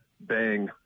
bang